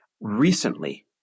Recently